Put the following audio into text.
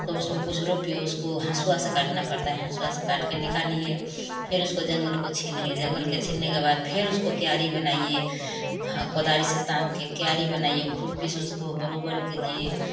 तो उसमें कुछ रोपियो उसको हसुआ से काटना पड़ता है हसुआ से काट के निकालिए फिर उसको जंगल को छीलिए जंगल के छीलने के बाद फिर उसको क्यारी बनाइए कोदारी से तान के क्यारी बनाइए खुरपी से उसको बराबर कीजिए